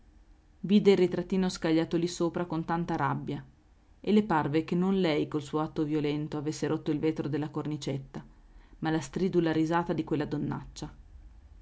vide il ritrattino scagliato lì sopra con tanta rabbia e le parve che non lei col suo atto violento avesse rotto il vetro della cornicetta ma la stridula risata di quella